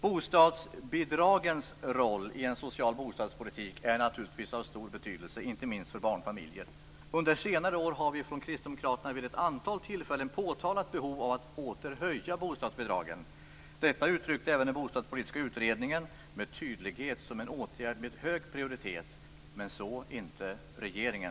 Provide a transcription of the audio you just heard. Bostadsbidragens roll i en social bostadspolitik är naturligtvis av stor betydelse, inte minst för barnfamiljer. Under senare år har vi från Kristdemokraterna vid ett antal tillfällen påtalat behovet av att åter höja bostadsbidragen. Detta uttryckte även den bostadspolitiska utredningen tydligt som en åtgärd med hög prioritet - men så inte regeringen.